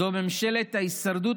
זו ממשלת ההישרדות,